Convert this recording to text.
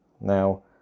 Now